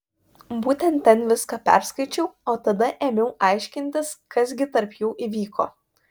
būtent ten viską perskaičiau o tada ėmiau aiškintis kas gi tarp jų įvyko